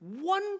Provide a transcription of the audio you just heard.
One